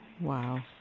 Wow